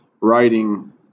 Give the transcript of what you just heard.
writing